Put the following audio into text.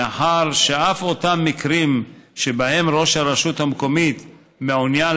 מאחר שאף באותם מקרים שבהם ראש הרשות המקומית מעוניין